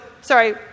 sorry